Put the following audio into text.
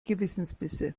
gewissensbisse